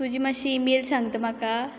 तुजी मातशी ईमेल सांगता म्हाका